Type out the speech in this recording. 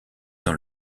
dans